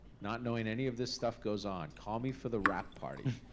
not knowing any of this stuff goes on. call me for the wrap party,